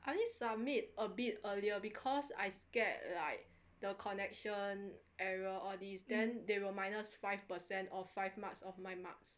I only submit a bit earlier because I scared like the connection error all these then they will minus five percent or five marks of my marks